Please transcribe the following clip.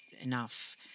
enough